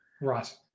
Right